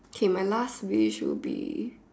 okay my last wish will be